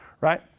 right